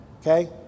okay